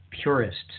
purists